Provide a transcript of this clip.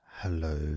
Hello